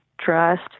trust